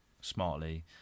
smartly